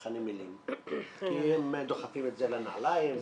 הנמלים כי הם דוחפים את זה לנעליים.